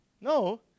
No